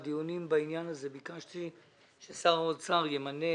בדיונים בעניין הזה ביקשתי ששר האוצר ימנה,